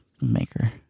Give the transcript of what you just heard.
maker